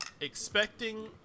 expecting